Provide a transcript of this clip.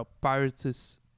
Pirates